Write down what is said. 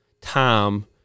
time